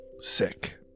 sick